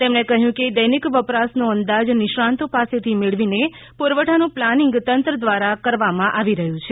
તેમણે કહ્યું કે દૈનિક વપરાશનો અંદાજ નિષ્ણાતો પાસેથી મેળવીને પુરવઠાનું પ્લાનિંગ તંત્ર કરી રહ્યું છે